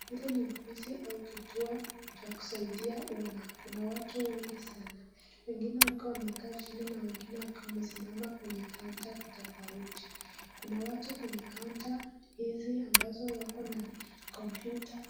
Hili ni ofisi au kituo cha kusaidia umma. Kuna watu wengi sana, wengine wakiwa wamekaa chini na wengine wakiwa wamesimama kwenye kaunta tofauti. Kuna watu kwenye kaunta hizi ambazo wako na kompyuta